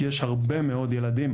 כי יש הרבה מאוד ילדים,